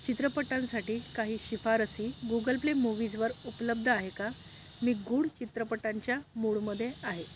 चित्रपटांसाठी काही शिफारसी गुगल प्ले मूव्हीजवर उपलब्ध आहेत का मी गूढ चित्रपटांच्या मूडमध्ये आहे